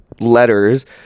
letters